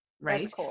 Right